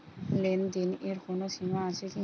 লেনদেনের কোনো সীমা আছে কি?